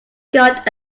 got